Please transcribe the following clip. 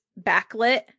backlit